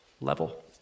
level